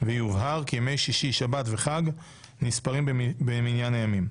ויובהר כי ימי שישי, שבת וחג נספרים במניין הימים.